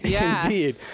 indeed